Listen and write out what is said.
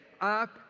up